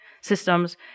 systems